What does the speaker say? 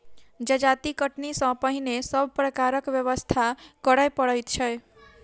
जजाति कटनी सॅ पहिने सभ प्रकारक व्यवस्था करय पड़ैत छै